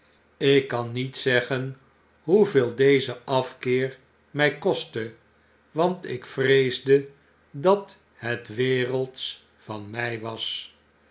ik kan niet zeggen hoeveel deze afkeer my kostte want ik vreesde dat het wereldsch van mij was